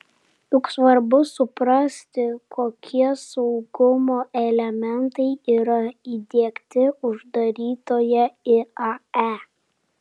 juk svarbu suprasti kokie saugumo elementai yra įdiegti uždarytoje iae